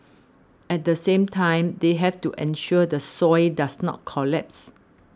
at the same time they have to ensure the soil does not collapse